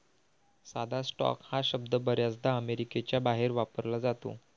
साधा स्टॉक हा शब्द बर्याचदा अमेरिकेच्या बाहेर वापरला जातो